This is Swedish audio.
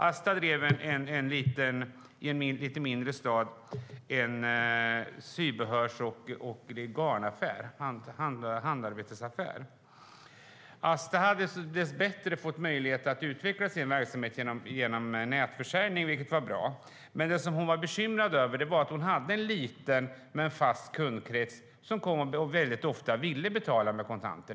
Asta drev en liten sybehörs och garnaffär - en handarbetsaffär - i en lite mindre stad. Hon hade dess bättre fått möjlighet att utveckla sin verksamhet genom nätförsäljning, vilket var bra. Det hon var bekymrad över var dock att hon hade en liten, fast kundkrets som väldigt ofta ville betala med kontanter.